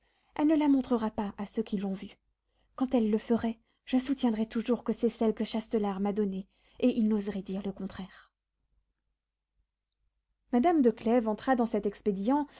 elle ne la montrera pas à ceux qui l'ont vue quand elle le ferait je soutiendrai toujours que c'est celle que châtelart m'a donnée et il n'oserait dire le contraire madame de clèves entra dans cet expédient